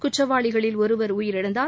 குற்றவாளிகளில் ஒருவர் உயிரிழந்தார்